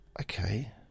okay